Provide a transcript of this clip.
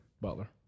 Butler